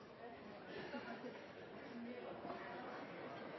etter at